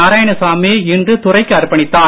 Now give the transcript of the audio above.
நாராயணசாமி இன்று துறைக்கு அர்ப்பணித்தார்